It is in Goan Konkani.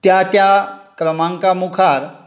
त्या त्या क्रमांका मुखार